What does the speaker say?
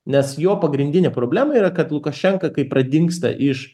nes jo pagrindinė problema yra kad lukašenka kai pradingsta iš